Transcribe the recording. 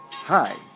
Hi